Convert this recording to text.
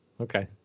Okay